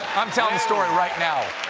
i'm telling the story right now.